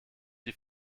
die